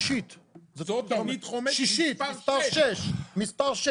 שם מבין שזה לא אנשים שיירדו מסדר היום,